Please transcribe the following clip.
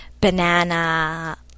banana